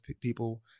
people